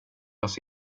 oss